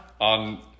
On